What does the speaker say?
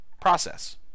process